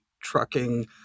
trucking